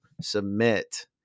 submit